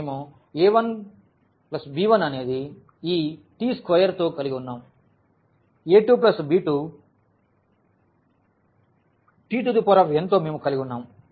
మేము a1b1అనేది ఈ T2తో కలిగి వున్నాం a2b2 ఈ tn తో మేము కలిగి వున్నాం